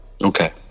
Okay